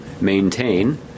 maintain